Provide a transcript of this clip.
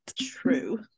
true